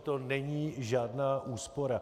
To není žádná úspora.